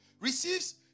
receives